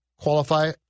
qualify